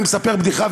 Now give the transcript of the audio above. אני מספר בדיחה,